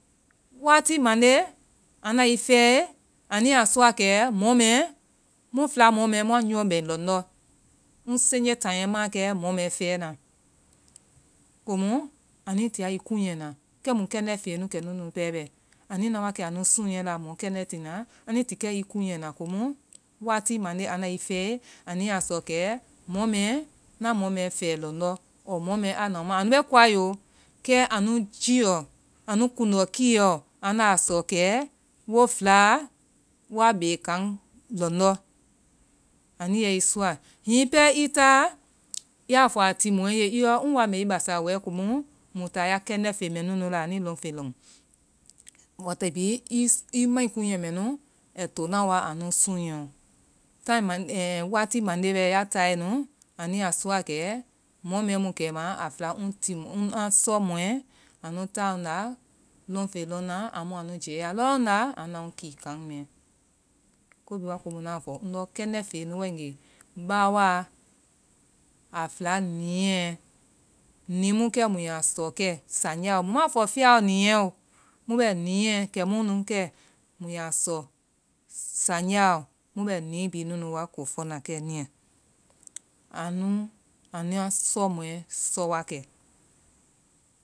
Wati mande, anda i fɛɛe, anui yaa sɔa kee mɔ mɛɛ, mu fɛa mɔ mɛɛ mua nyɔɔ bɛn lɔndɔ. ŋ senje taiyɛ maa kɛ mɔ mɛɛ fɛɛna. komu anui tiya i kuunyɛ na, kɛmu kɛndɛ feŋɛ nu kɛ nunu pɛɛ bɛ. anu i na wa kɛ anu sunŋɛ la mɔ kɛndɛ tina, anui ti kɛ i kuunyɛ na kɛmu wati mande anda i fɛɛe. anui yaa sɔ kɛ mɔ mɛɛ, na mɔ mɛɛ fɛɛe lɔndɔ ŋ mai, anu bee koue yoo, kɛ anu jlly ɔ, anu kund ɔ kiiy ɔɔ anda a sɔ kɛ. wo fɛlaa woa bee kan, lɔndɔ anuiyɛi sɔa. hiŋi pɛɛ i taȧ yaa fɔ a timɔɔ nu ye. ŋ woa nbɛ i basa we kɛmu mu taa ya ya kɛndɛ feŋ mɛɛ nunu la anui lɔfey lɔn. Wati bihi i- i mai kuunyɛ mɛnu ai tp naa wa anu sunnɛɛ ɔ. tai man ɛɛɛ wati mande ya taae nu, anu yaa sɔa kɛ mɔ mɛɛ mu kɛima, anu fɛa ŋ ti mɔɔ anu fɛla tɔŋ mɔɛ anu taa ŋda lɔnfey lɔnna amu amu anu jɛɛya lɔɔ nda ŋ kii kan mɛa. kobihi waa komu, ŋa fɔ kɛndɛ feyɛ nu waegee a fɛa niiɛ nii mu kɛ mu yaa sɔ kɛ sanjaa ɔ mu maa fɔ, fiyaa niiɛoo mu bɛ niiɛ kɛ mu munu kɛ bihi nunu woa kof ɔna kɛniye anu anua sɔ mɔɛ sɔ wa kɛ.